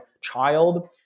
child